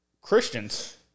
Christians